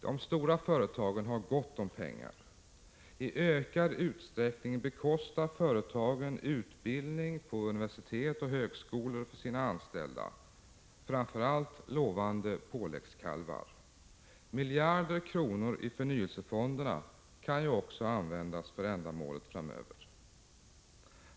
De stora företagen har gott om pengar. I ökad utsträckning bekostar företagen utbildning på universitet och högskolor för sina anställda, framför allt lovande påläggskalvar. Miljarder kronor i förnyelsefonderna kan ju användas för ändamålet framöver.